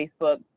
Facebook